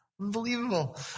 Unbelievable